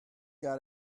got